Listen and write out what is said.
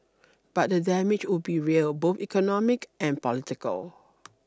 but the damage would be real both economic and political